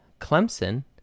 Clemson